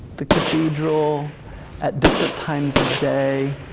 the cathedral at different times of day,